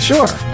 Sure